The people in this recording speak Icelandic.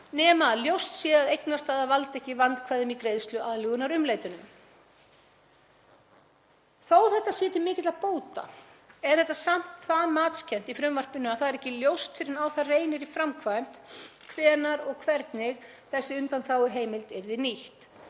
nema ljóst sé að eignastaða valdi ekki vandkvæðum í greiðsluaðlögunarumleitunum. Þó að þetta sé til mikilla bóta er þetta samt það matskennt í frumvarpinu að það er ekki ljóst fyrr en á það reynir í framkvæmd hvenær og hvernig þessi undanþáguheimild yrði nýtt